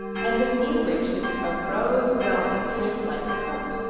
and his knee-breeches of rose velvet trimmed like the coat.